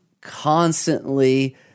constantly